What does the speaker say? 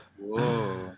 Whoa